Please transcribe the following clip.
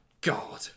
god